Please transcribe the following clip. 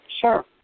Sure